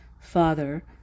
father